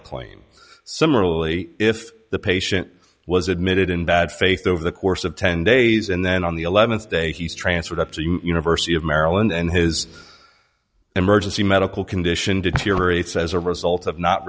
line similarly if the patient was admitted in bad faith over the course of ten days and then on the th day he's transferred up to the university of maryland and his emergency medical condition deteriorates as a result of not